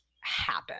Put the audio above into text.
happen